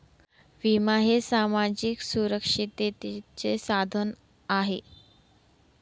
विमा हे सामाजिक सुरक्षिततेचे साधन आहे